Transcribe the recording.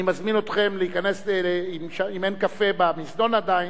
אני מזמין אתכם להיכנס, אם אין קפה במזנון עדיין,